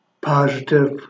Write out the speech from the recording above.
positive